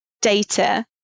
data